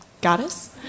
goddess